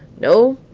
no,